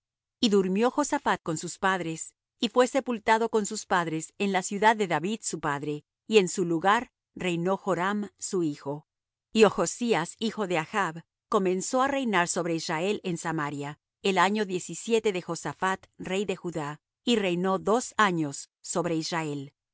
y durmió josaphat con sus padres y fué sepultado con sus padres en la ciudad de david su padre y en su lugar reinó joram su hijo y ochzías hijo de achb comenzó á reinar sobre israel en samaria el año diecisiete de josaphat rey de judá y reinó dos años sobre israel